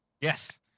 Yes